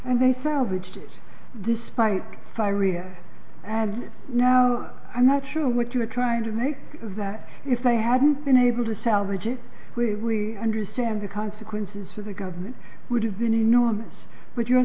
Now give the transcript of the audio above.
and they salvaged despite fire ear and now i'm not sure what you are trying to make is that if they hadn't been able to salvage it we understand the consequences for the government would have been enormous but you're